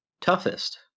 toughest